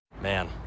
Man